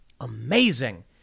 Amazing